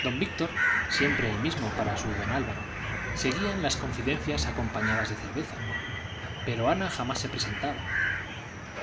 don víctor siempre el mismo para su don álvaro seguían las confidencias acompañadas de cerveza pero ana jamás se presentaba